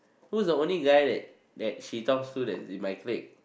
who's the only guy that that she comes to that's in my clique